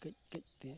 ᱠᱟᱹᱡ ᱠᱟᱹᱡ